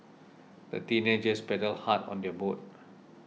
the teenagers paddled hard on their boat